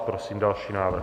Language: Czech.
Prosím další návrh.